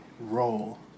roll